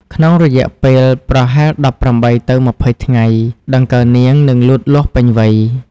ក្នុងរយៈពេលប្រហែល ១៨ ទៅ ២០ ថ្ងៃ ដង្កូវនាងនឹងលូតលាស់ពេញវ័យ។